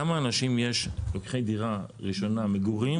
כמה אנשים לוקחים משכנתה לדירה ראשונה למגורים?